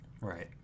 Right